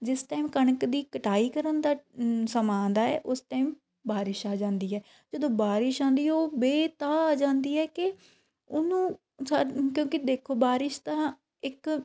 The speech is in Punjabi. ਜਿਸ ਟਾਈਮ ਕਣਕ ਦੀ ਕਟਾਈ ਕਰਨ ਦਾ ਸਮਾਂ ਆਉਂਦਾ ਏ ਉਸ ਟਾਈਮ ਬਾਰਿਸ਼ ਆ ਜਾਂਦੀ ਹੈ ਜਦੋਂ ਬਾਰਿਸ਼ ਆਉਂਦੀ ਉਹ ਬੇ ਅਤਾਹ ਆ ਜਾਂਦੀ ਹੈ ਕਿ ਉਹਨੂੰ ਸਾ ਕਿਉਂਕਿ ਦੇਖੋ ਬਾਰਿਸ਼ ਤਾਂ ਇੱਕ